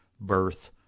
birth